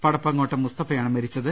പടപ്പങ്ങോട്ടെ മുസ്തഫയാണ് മരിച്ചത്